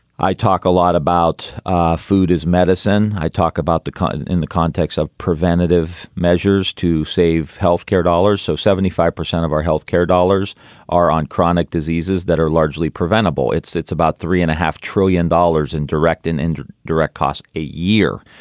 i talk a lot about ah food is medicine. i talk about the corn kind of in the context of preventative measures to save health care dollars. so seventy five percent of our health care dollars are on chronic diseases that are largely preventable. it sits about three and a half trillion dollars in direct and direct costs a year.